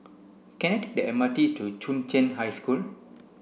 can I take the M R T to Chung Cheng High School